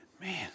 Man